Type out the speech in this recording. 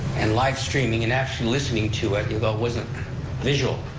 and livestreaming and actually listening to it, although it wasn't visual,